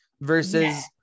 versus